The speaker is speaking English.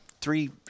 three